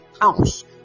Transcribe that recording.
house